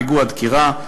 פיגוע דקירה,